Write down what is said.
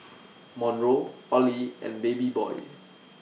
Monroe Olie and Babyboy